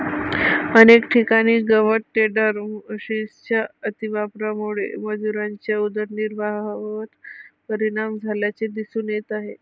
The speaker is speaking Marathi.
अनेक ठिकाणी गवत टेडर मशिनच्या अतिवापरामुळे मजुरांच्या उदरनिर्वाहावर परिणाम झाल्याचे दिसून येत आहे